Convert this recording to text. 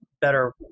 better